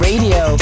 Radio